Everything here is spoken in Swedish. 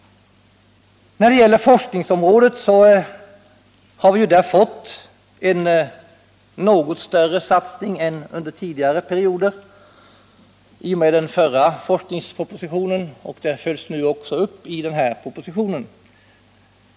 När det gäller forskningsområdet har vi ju där fått en något större satsning än under tidigare perioder i och med den förra forskningspropositionen, och den följs nu upp i årets proposition.